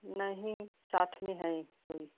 नहीं साथ में है कोई